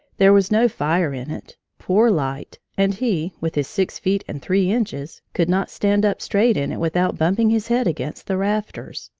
there was no fire in it, poor light, and he, with his six feet and three inches, could not stand up straight in it without bumping his head against the rafters.